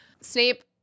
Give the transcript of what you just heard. Snape